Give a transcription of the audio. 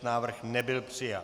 Návrh nebyl přijat.